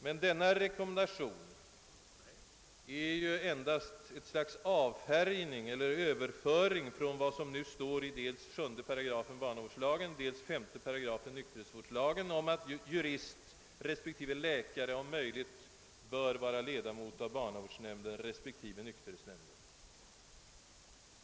Men denna rekommendation är ju endast ett slags avfärgning av eller överföring från vad som nu står i dels 7 § barnavårdslagen, dels 5 § nykterhetsvårdslagen om att jurist respektive läkare om möjligt bör vara ledamot av barnavårdsnämnden respektive nykterhetsnämnden.